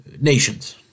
nations